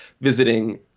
visiting